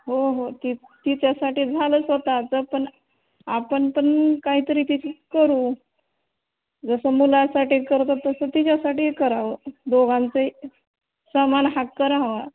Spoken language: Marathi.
हो हो ति तिच्यासाठी झालंच होता आता पण आपण पण काहीतरी तिची करू जसं मुलासाठी करतं तसं तिच्यासाठी करावं दोघांचं समान हक्क रहावा